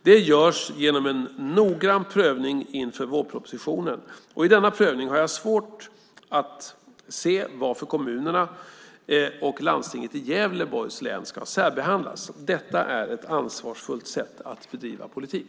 Det görs genom en noggrann prövning inför vårpropositionen, och i denna prövning har jag svårt att se varför kommunerna och landstinget i Gävleborgs län ska särbehandlas. Detta är ett ansvarsfullt sätt att bedriva politik.